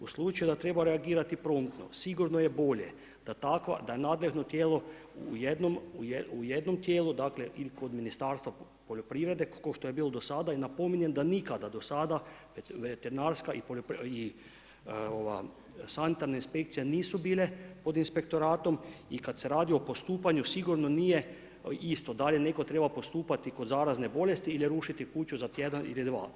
U slučaju da treba reagirati promptno, sigurno je bolje da takva, da je nadležno tijelo u jednom tijelu, dakle ili kod Ministarstva poljoprivrede kao što je bilo do sada i napominjem da nikada do sada veterinarska i sanitarna inspekcije nisu bile pod inspektoratom i kad se radi o postupanju sigurno nije isto da li je netko trebao postupati kod zarazne bolesti ili rušiti kuću za tjedan ili dva.